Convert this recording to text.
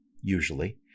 usually